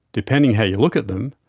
depending how you look at them,